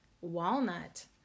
walnut